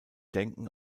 denken